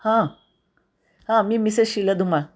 हा हा मी मिसेस शीला धुमाळ